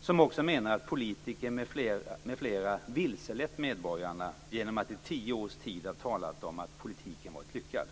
som också menar att politiker m.fl. vilselett medborgarna genom att i tio års tid ha talat om att politiken varit lyckad.